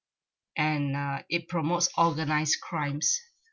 and uh it promotes organised crimes